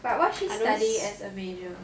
but what she studying as a major